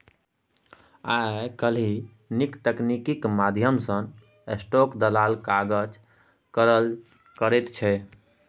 आय काल्हि नीक तकनीकीक माध्यम सँ स्टाक दलाल काज करल करैत छै